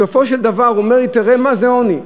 בסופו של דבר הוא אומר לי: תראה מה זה עוני,